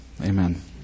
Amen